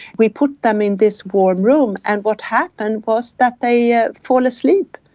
we put them in this warm room, and what happened was that they yeah fall asleep.